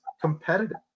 competitive